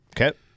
Okay